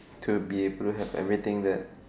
to be able have everything that